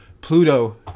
Pluto